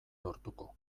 lortuko